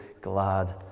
glad